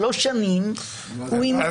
שלוש שנים הוא המתין.